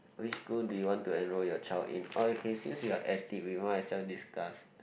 which school do you want to enrol your child in or you can use since you're at it we might as well discuss